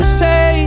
say